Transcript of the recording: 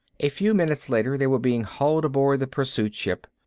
a few minutes later they were being hauled aboard the pursuit ship.